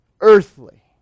earthly